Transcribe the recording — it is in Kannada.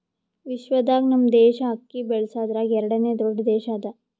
ವಿಶ್ವದಾಗ್ ನಮ್ ದೇಶ ಅಕ್ಕಿ ಬೆಳಸದ್ರಾಗ್ ಎರಡನೇ ದೊಡ್ಡ ದೇಶ ಅದಾ